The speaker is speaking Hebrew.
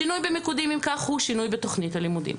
שינוי במיקודים אם כך הוא שינוי בתוכנית הלימודים.